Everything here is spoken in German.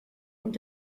und